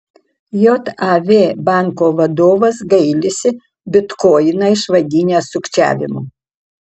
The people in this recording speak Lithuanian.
jav banko vadovas gailisi bitkoiną išvadinęs sukčiavimu